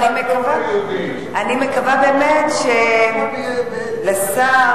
הוא לא נלחם ביהודים, הוא חושב אחרת איך לעזור